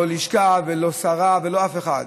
לא לשכה ולא שרה ולא אף אחד,